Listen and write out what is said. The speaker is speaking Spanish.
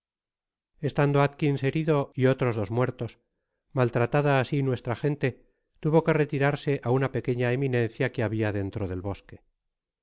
estando atkins herido y otros dos muertes maltratada asi nuestra gente tuvo que retirarse á una pequeña eminencia que habia dentro del bosque